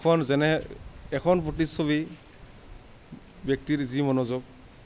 এখন যেনে এখন প্ৰতিচ্ছবি ব্যক্তিৰ যি মনোযোগ